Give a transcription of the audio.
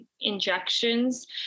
injections